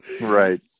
Right